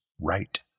right